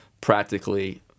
practically